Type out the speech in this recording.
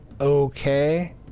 Okay